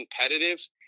competitive